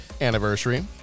anniversary